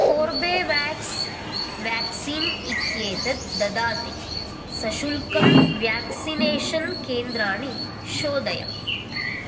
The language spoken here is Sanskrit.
कोर्बेवेक्स् व्याक्सीन् इत्येतत् ददाति सशुल्कं व्यक्सिनेशन् केन्द्राणि शोधय